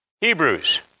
Hebrews